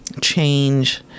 change